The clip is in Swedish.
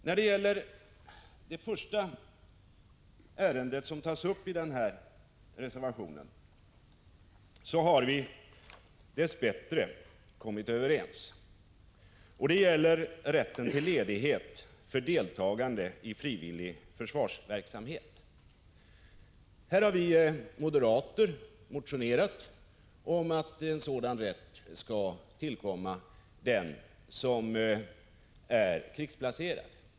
När det gäller den första frågan som tas upp i betänkandet, rätten till ledighet för deltagande i frivillig försvarsverksamhet, har vi dess bättre kommit överens i utskottet. Vi moderater har motionerat om att en sådan rätt skall tillkomma den som är krigsplacerad.